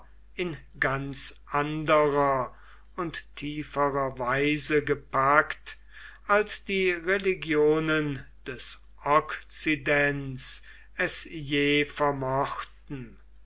in ganz anderer und tieferer weise gepackt als die religionen des okzidents es je vermochten